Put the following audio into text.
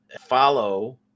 follow